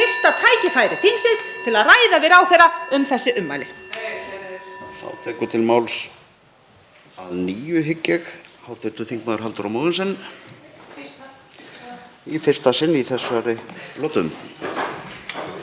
Þetta er fyrsta tækifæri þingsins til að ræða við ráðherra um þessi ummæli.